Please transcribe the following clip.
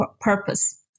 purpose